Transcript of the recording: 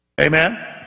Amen